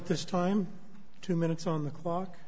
of this time two minutes on the clock